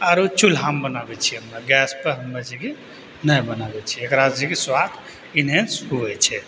आरो चूल्हामे बनाबै छियै हमे गैस पर हमे जे छै कि नहि बनाबै छियै एकरा से जे छै कि सुआद इन्हेन्स हुए छै